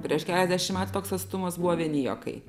prieš keliasdešimt metų toks atstumas buvo vieni juokai